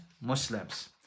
Muslims